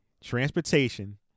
Transportation